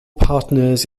partners